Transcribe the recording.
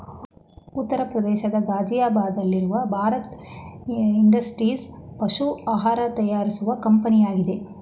ಉತ್ತರ ಪ್ರದೇಶದ ಗಾಜಿಯಾಬಾದ್ ನಲ್ಲಿರುವ ಭಾರತ್ ಇಂಡಸ್ಟ್ರೀಸ್ ಪಶು ಆಹಾರ ತಯಾರಿಸುವ ಕಂಪನಿಯಾಗಿದೆ